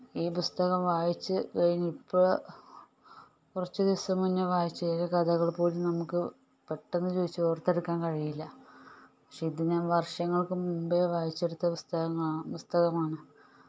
ഈ പുസ്തകം വായിച്ച് കഴിഞ്ഞിപ്പോൾ കുറച്ച് ദിവസം മുൻപേ വായിച്ച കഥകൾ പോലും നമുക്ക് പെട്ടെന്ന് ചോദിച്ചാൽ ഓർത്തെടുക്കാൻ കഴിയില്ല പക്ഷേ ഇത് ഞാൻ വർഷങ്ങൾക്ക് മുൻപേ വായിച്ചെടുത്ത പുസ്തകങ്ങങ്ങളാണ് പുസ്തകമാണ്